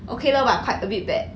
okay lor but quite a bit bad